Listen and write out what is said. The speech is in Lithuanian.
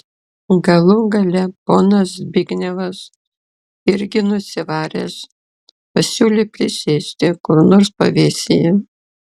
galų gale ponas zbignevas irgi nusivaręs pasiūlė prisėsti kur nors pavėsyje